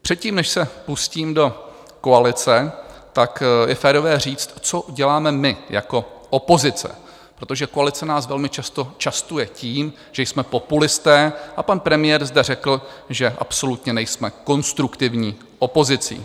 Předtím, než se pustím do koalice, je férové říct, co děláme my jako opozice, protože koalice nás velmi často častuje tím, že jsme populisté, a pan premiér zde řekl, že absolutně nejsme konstruktivní opozicí.